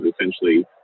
essentially